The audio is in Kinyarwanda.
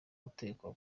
gutekwa